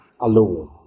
alone